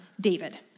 David